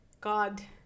god